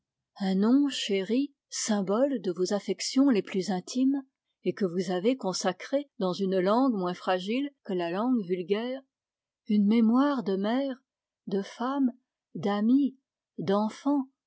un nom chéri symbole de vos affections les plus intimes et que vous avez consacré dans une langue moins fragile que la langue vulgaire une mémoire de mère de femme d'amie d'enfant